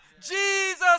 Jesus